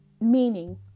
meaning